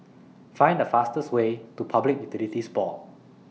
Find The fastest Way to Public Utilities Board